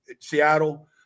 Seattle